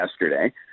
yesterday